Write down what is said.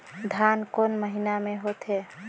धान कोन महीना मे होथे?